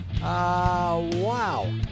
Wow